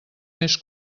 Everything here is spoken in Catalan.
més